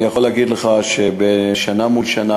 אני יכול להגיד לך שבשנה מול שנה,